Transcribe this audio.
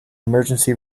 emergency